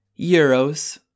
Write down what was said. euros